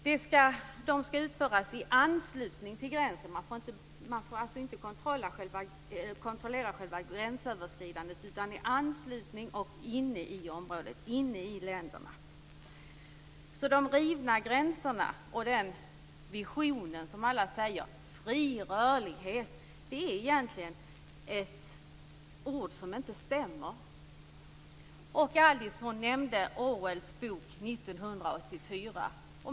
Kontrollerna skall utföras i anslutning till gränsen. Man får alltså inte kontrollera själva gränsöverskridandet, utan det skall ske i anslutning till och inne i området, inne i länderna. De rivna gränserna och den vision som alla talar om - det här med fri rörlighet - är alltså egentligen ord som inte stämmer. Alice Åström nämnde Orwells bok 1984.